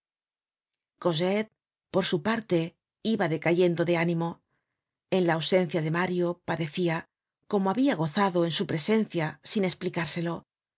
cosette por su parte iba decayendo de ánimo en la ausencia de mario padecia como habiagozado en su presencia sin esplicárselo